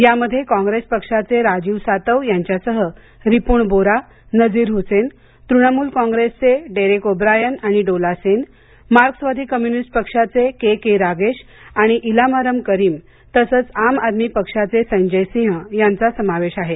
यामध्ये काँग्रेस पक्षाचे राजीव सातव यांच्यासह रिपुण बोरा नजीर हुसैन तृणमूल काँग्रेसचे डेरेक ओब्रायन आणि डोला सेन मार्क्सवादी कम्यूनिस्ट पक्षाचे के के रागेश आणि इलामारम करीम तसंच आम आदमी पक्षाचे संजय सिंह यांचा समावेश आहे